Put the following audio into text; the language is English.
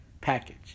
package